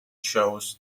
shows